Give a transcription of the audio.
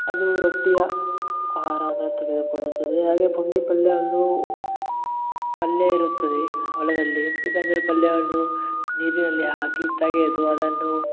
ಅದು ರೊಟ್ಟಿಯ ಆಹಾರವನ್ನು ತೆಗೆದುಕೊಳ್ಳುತ್ತದೆ ಹಾಗೇ ಪುಂಡಿ ಪಲ್ಯವನ್ನೂ ಪಲ್ಯ ಇರುತ್ತದೆ ಹೊಲದಲ್ಲಿ ಪಲ್ಯವನ್ನು ನೀರಿನಲ್ಲಿ ಹಾಕಿ ತೆಗೆದು ಅದನ್ನು